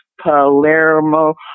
Palermo